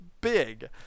big